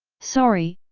sorry,